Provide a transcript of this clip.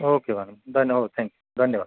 okay madam धन्यवाद हो thank you धन्यवाद